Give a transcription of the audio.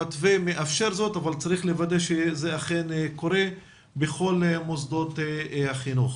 המתווה מאפשר זאת אבל צריך לוודא שזה אכן קורה בכל מוסדות החינוך.